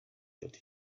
that